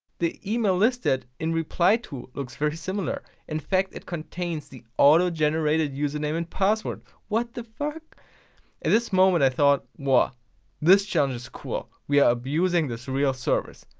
the email listed in reply-to looks very similar. infact it contains the auto-generated username and password. what the fuck! at this moment i thought, whoa this challenge is cool, we are abusing this real service.